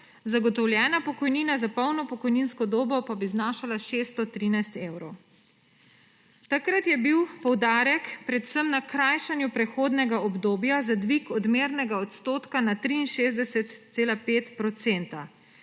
zagotovljena pokojnina za polno pokojninsko dobo pa bi znašala 613 evrov. Takrat je bil poudarek predvsem na krajšanju prehodnega obdobja za dvig odmernega odstotka na 63,5